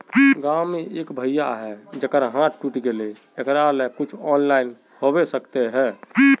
गाँव में एक भैया है जेकरा हाथ टूट गले एकरा ले कुछ ऑनलाइन होबे सकते है?